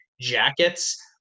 jackets